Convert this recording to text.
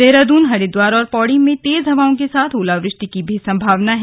देहरादून हरिद्वार और पौड़ी में तेज हवाओं के साथ ओलावृष्टि की भी संभावना है